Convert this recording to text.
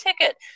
ticket